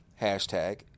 hashtag